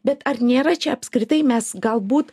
bet ar nėra čia apskritai mes galbūt